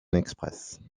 express